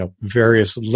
various